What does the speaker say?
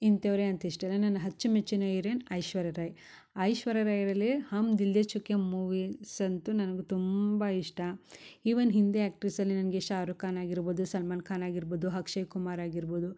ಇಂಥವ್ರೆ ಅಂತ ಇಷ್ಟ ಇಲ್ಲ ನನ್ನ ಅಚ್ಚುಮೆಚ್ಚಿನ ಈರೋಯಿನ್ ಐಶ್ವರ್ಯ ರೈ ಐಶ್ವರ್ಯ ರೈರಲೀ ಹಮ್ ದಿಲ್ ದೇ ಚುಕೆ ಮೂವೀಸ್ ಅಂತು ನನ್ಗ ತುಂಬ ಇಷ್ಟ ಈವನ್ ಹಿಂದಿ ಆ್ಯಕ್ಟ್ರಸಲ್ಲಿ ನನಗೆ ಶಾರುಖ್ ಖಾನ್ ಆಗಿರ್ಬೊದು ಸಲ್ಮಾನ್ ಖಾನ್ ಆಗಿರ್ಬೊದು ಅಕ್ಷಯ್ ಕುಮಾರ್ ಆಗಿರ್ಬೋದು